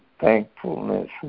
thankfulness